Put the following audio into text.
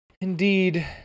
Indeed